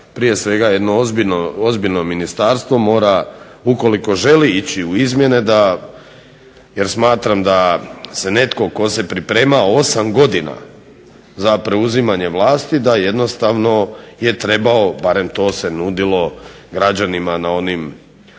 prije svega jedno ozbiljno ministarstvo mora ukoliko želi ići u izmjene jer smatram da se netko tko se pripremao 8 godina za preuzimanje vlasti da jednostavno je trebao barem to se nudilo građanima u